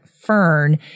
fern